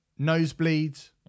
nosebleeds